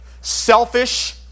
selfish